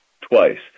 twice